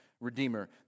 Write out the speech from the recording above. redeemer